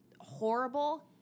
horrible